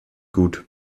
gut